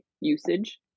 usage